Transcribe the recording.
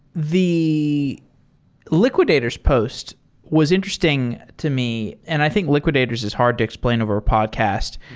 the liquidators posts was interesting to me, and i think liquidators is hard to explain over a podcast,